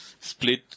split